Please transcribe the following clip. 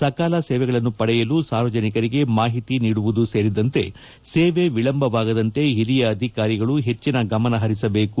ಸಕಾಲ ಸೇವೆಗಳನ್ನು ಪಡೆಯಲು ಸಾರ್ವಜನಿಕರಿಗೆ ಮಾಹಿತಿ ನೀಡುವುದು ಸೇರಿದಂತೆ ಸೇವೆ ವಿಳಂಬವಾಗದಂತೆ ಹಿರಿಯ ಅಧಿಕಾರಿಗಳು ಹೆಚ್ಚಿನ ಗಮನ ಪರಿಸಬೇಕು